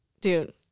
Dude